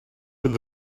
fydd